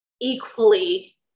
equally